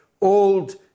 old